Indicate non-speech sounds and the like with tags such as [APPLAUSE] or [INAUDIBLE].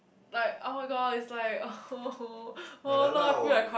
like oh my god is like [NOISE] now I feel like crying